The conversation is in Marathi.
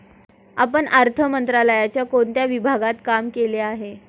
आपण अर्थ मंत्रालयाच्या कोणत्या विभागात काम केले आहे?